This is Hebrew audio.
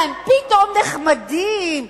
מה, הם פתאום נחמדים?